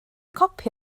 copi